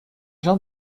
clin